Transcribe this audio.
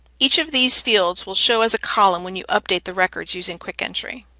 each of these fields will show us a column when you update the records using quick entry.